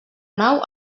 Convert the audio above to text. nau